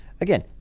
again